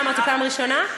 מה אמרתי, פעם ראשונה?